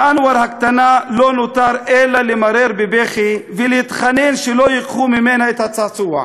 לאנואר הקטנה לא נותר אלא למרר בבכי ולהתחנן שלא ייקחו ממנה את הצעצוע.